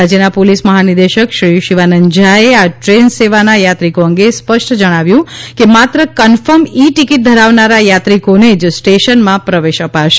રાજ્યના સોલીસ મહાનિદેશક શ્રી શિવાનંદ જ્હા એ આ દ્રેન સેવાના યાત્રીકો અંગે સ્ ષ્ટ ણે જણાવ્યું છે કે માત્ર કન્ફર્મ ઇ ટિકીટ ધરાવનારા યાત્રીકોને જ સ્ટેશનમાં પ્રવેશ અપાશે